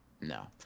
No